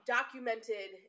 documented